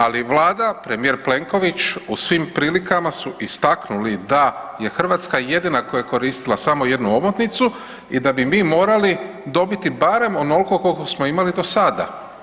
Ali Vlada premijer Plenković u svim prilikama su istaknuli da je Hrvatska jedina koja je koristila samo jednu omotnicu i da bi mi morali dobiti barem onoliko koliko smo imali do sada.